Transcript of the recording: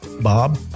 Bob